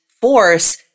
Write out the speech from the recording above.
force